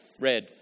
red